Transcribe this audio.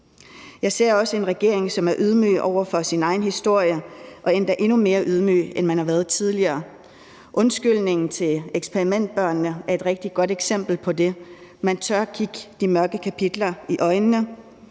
Jeg ser også en regering, som er ydmyg over for sin egen historie og endda endnu mere ydmyg, end man har været tidligere. Undskyldningen til eksperimentbørnene er et rigtig godt eksempel på det: Man tør kigge de mørke kapitler i øjnene.